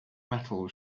metal